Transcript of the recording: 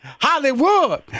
Hollywood